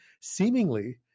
seemingly